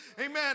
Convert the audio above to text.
amen